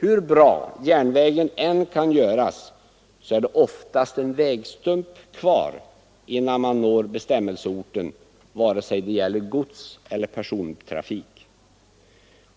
Hur bra järnvägen än kan göras är det ändå oftast en vägstump kvar innan man når bestämmelseorten vare sig det gäller godseller persontrafik.